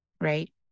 right